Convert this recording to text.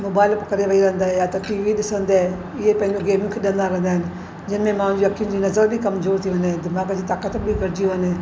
mobile खणी वेही रहंदा या त टीवी ॾिसंदे हे पंहिंजियूं गेमियूं खेॾंदा रहंदा आहिनि जंहिंमें माण्हुनि जी अखियुनि जी नज़रि बि कमजोर थी वञे दीमाग़ु जी ताक़तु बि घटिजी वञे